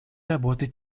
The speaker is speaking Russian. работает